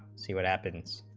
see what happens